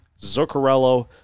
Zuccarello